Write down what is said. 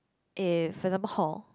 eh for example hall